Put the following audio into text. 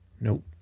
Nope